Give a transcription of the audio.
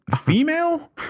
female